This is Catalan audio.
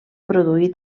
produir